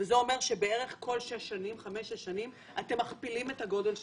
וזה אומר שבערך כל חמש-שש שנים אתם מכפילים את הגודל שלכם.